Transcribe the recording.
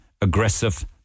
aggressive